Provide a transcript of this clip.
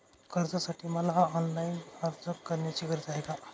कर्जासाठी मला ऑनलाईन अर्ज करण्याची गरज आहे का?